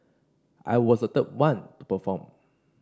I was the one to perform